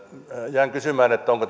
jään kysymään onko